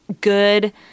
good